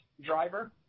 driver